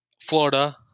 Florida